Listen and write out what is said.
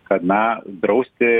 kad na drausti